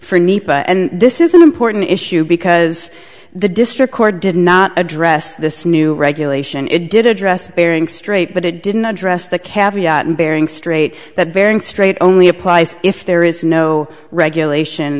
nepa and this is an important issue because the district court did not address this new regulation it did address bering strait but it didn't address the kaviak in bering strait that bering strait only applies if there is no regulation